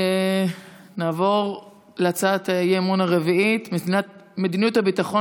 נעבור להצעת האי-אמון הרביעית: מדיניות הביטחון